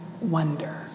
wonder